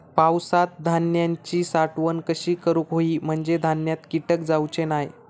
पावसात धान्यांची साठवण कशी करूक होई म्हंजे धान्यात कीटक जाउचे नाय?